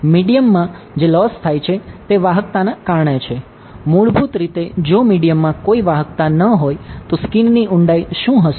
મીડિયમમાં જે લોસ ના કારણે છે મૂળભૂત રીતે જો મીડિયમમાં કોઈ વાહકતા ન હોય તો સ્કીનની ઊંડાઈ શું હશે